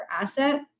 asset